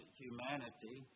humanity